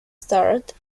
starred